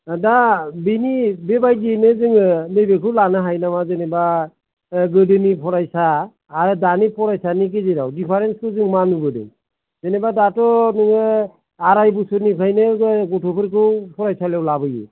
दा बेनि बेबादियैनो जोङो नैबोखौ लानो हायो नामा जेनोबा गोदोनि फरायसा आरो दानि फरायसानि गेजेराव डिफारेन्सखौ जों मा नुहरो जेनोबा दाथ' नोङो आराइ बोसोरनिफ्रायनो जे गथ'फोरखौ फरायसालियाव लाबोयो